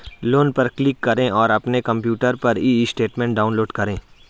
loan पर click करें और अपने कंप्यूटर पर ई स्टेटमेंट डाउनलोड करें